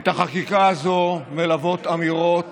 את החקיקה הזאת מלוות אמירות